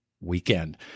weekend